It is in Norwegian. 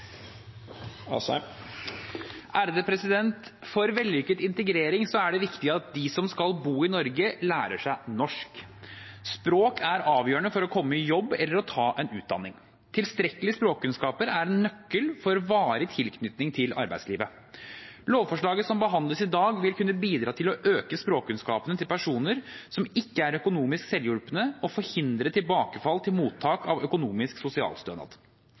å komme i jobb eller ta en utdanning. Tilstrekkelige språkkunnskaper er en nøkkel til varig tilknytning til arbeidslivet. Lovforslaget som behandles i dag, vil kunne bidra til å øke språkkunnskapene til personer som ikke er økonomisk selvhjulpne, og forhindre tilbakefall til mottak av økonomisk sosialstønad.